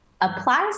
applies